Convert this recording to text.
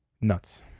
Nuts